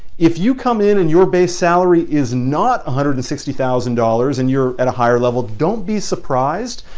if you come in and your base salary is not one hundred and sixty thousand dollars, and you're at a higher level, don't be surprised,